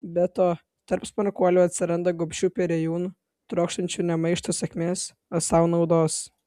be to tarp smarkuolių atsiranda gobšių perėjūnų trokštančių ne maišto sėkmės o sau naudos